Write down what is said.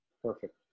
Perfect